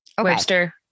Webster